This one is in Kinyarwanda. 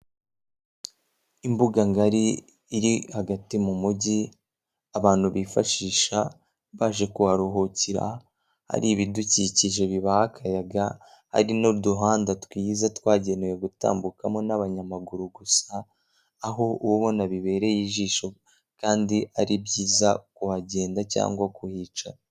Imbuga ngari iri hagati mu mujyi abantu bifashisha baje kuharuhukira hari ibidukikije bibaha akayaga hari n'uduhanda twiza twagenewe gutambukwamo n'abanyamaguru gusa, aho ubona bibereye ijisho kandi ari byiza kuhagenda cyangwa kuhicara.